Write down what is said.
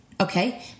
Okay